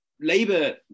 Labour